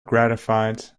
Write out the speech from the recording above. gratified